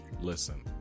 Listen